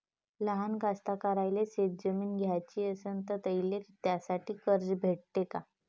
लहान कास्तकाराइले शेतजमीन घ्याची असन तर त्याईले त्यासाठी कर्ज भेटते का?